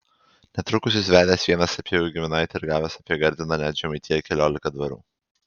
netrukus jis vedęs vieną sapiegų giminaitę ir gavęs apie gardiną net žemaitiją keliolika dvarų